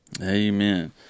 Amen